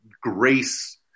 grace